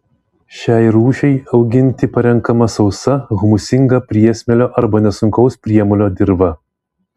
šiai rūšiai auginti parenkama sausa humusingą priesmėlio arba nesunkaus priemolio dirva